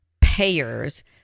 payers